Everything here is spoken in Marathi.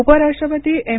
उपराष्ट्रपती एम